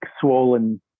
swollen